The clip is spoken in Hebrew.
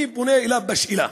אני פונה אליו בשאלה.